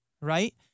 right